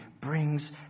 brings